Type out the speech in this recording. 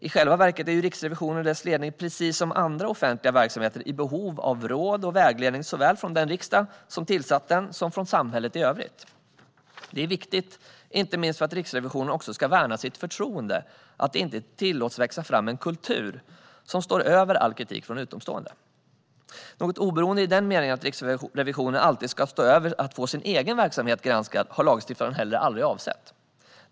I själva verket är ju Riksrevisionen och dess ledning, precis som andra offentliga verksamheter, i behov av råd och vägledning, såväl från den riksdag som har tillsatt den som från samhället i övrigt. Det är viktigt, inte minst för att Riksrevisionen också ska värna sitt förtroende, att det inte tillåts växa fram en egen kultur som står över all kritik från utomstående. Något oberoende i den meningen att Riksrevisionen alltid ska stå över att få sin egen verksamhet granskad har lagstiftaren heller aldrig avsett.